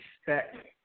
expect